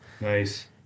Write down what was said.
Nice